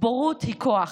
בורות היא כוח,